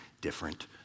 different